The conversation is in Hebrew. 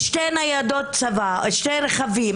שני רכבי,